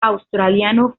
australiano